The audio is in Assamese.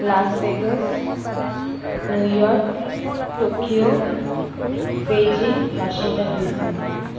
Las Vegas New York Tokyo Beijing Washington D C